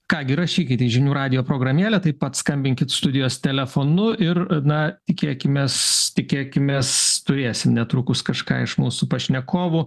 ką gi rašykite žinių radijo programėlę taip pat skambinkit studijos telefonu ir na tikėkimės tikėkimės turėsim netrukus kažką iš mūsų pašnekovų